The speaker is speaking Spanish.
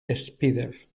spider